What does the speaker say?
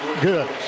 good